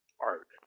art